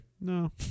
No